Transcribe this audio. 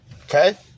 Okay